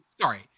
Sorry